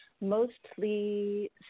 mostly